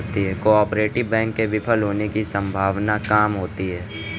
cooperative bank के विफल होने की सम्भावना काम होती है